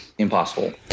impossible